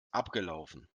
abgelaufen